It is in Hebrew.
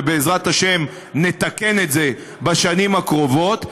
ובעזרת השם נתקן את זה בשנים הקרובות,